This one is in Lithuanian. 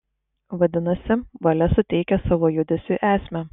vadinasi valia suteikia savo judesiui esmę